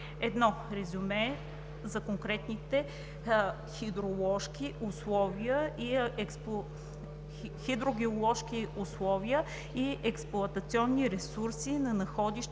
1. резюме за конкретните хидрогеоложки условия и експлоатационни ресурси на находището